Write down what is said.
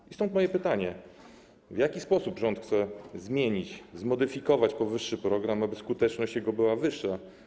I stąd moje pytanie: W jaki sposób rząd chce zmienić, zmodyfikować powyższy program, aby jego skuteczność była wyższa?